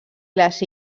les